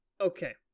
Okay